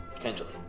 Potentially